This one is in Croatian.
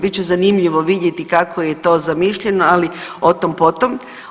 Bit će zanimljivo vidjeti kako je i to zamišljeno, ali o tom, po tom.